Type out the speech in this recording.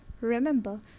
remember